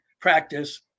practice